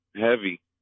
heavy